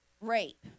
rape